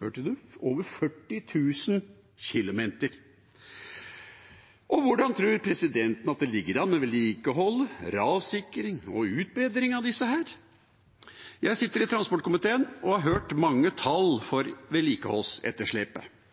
Hørte man det – over 40 000 km vei? Og hvordan tror presidenten at det ligger an med vedlikehold, rassikring og utbedring av disse? Jeg sitter i transportkomiteen og har hørt mange tall